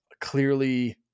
clearly